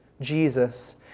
Jesus